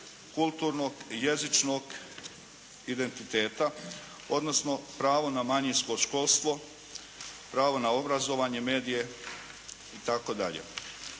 kulturnog, jezičnog identiteta odnosno pravo na manjinsko školstvo, pravo na obrazovanje, medije itd.